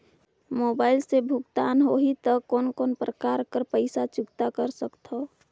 Mobile से भुगतान होहि त कोन कोन प्रकार कर पईसा चुकता कर सकथव?